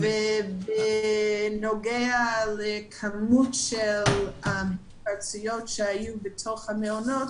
בנוגע לכמות ההתפרצויות שהייתה בתוך המעונות,